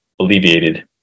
alleviated